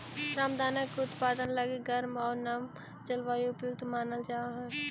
रामदाना के उत्पादन लगी गर्म आउ नम जलवायु उपयुक्त मानल जा हइ